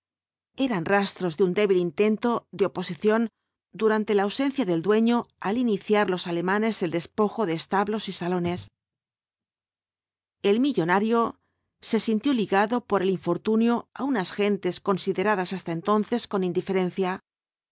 eran rastros de un débil intento de oposición durante la ausencia del dueño al iniciar los alemanes el despojo de establos y salones el millonario se sintió ligado por el infortunio á unas gentes consideradas hasta entonces con indiferencia